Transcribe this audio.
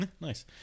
Nice